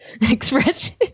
expression